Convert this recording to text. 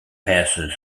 passes